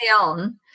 on